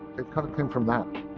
it kind of came from that,